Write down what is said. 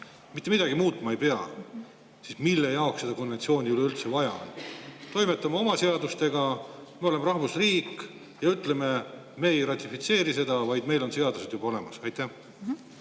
mitte midagi muutma ei pea, siis mille jaoks seda konventsiooni üleüldse vaja on? Toimetame oma seadustega. Me oleme rahvusriik ja ütleme, et me ei ratifitseeri seda, vaid meil on seadused olemas. Aitäh,